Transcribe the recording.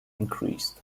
increased